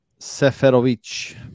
Seferovic